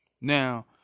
Now